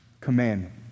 commandment